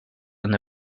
and